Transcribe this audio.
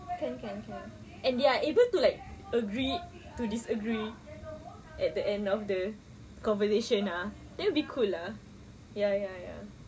can can can and they are able to like agree to disagree at the end of the conversation ah it'll be cool ah ya ya ya